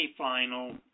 semifinal